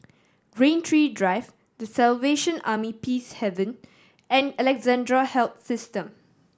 Rain Tree Drive The Salvation Army Peacehaven and Alexandra Health System